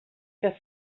què